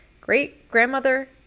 great-grandmother